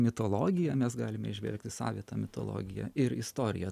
mitologija mes galime įžvelgti savitą mitologiją ir istoriją